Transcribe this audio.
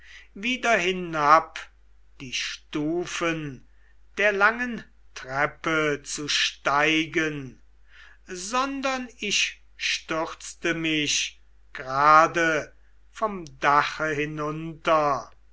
wieder hinab die stufen der langen treppe zu steigen sondern ich stürzte mich grade vom dache hinunter